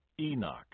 Enoch